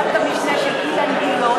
רובן תקועות עדיין בוועדת המשנה של אילן גילאון,